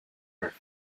her